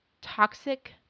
toxic